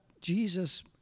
Jesus